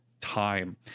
time